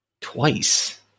Twice